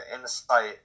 insight